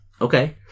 Okay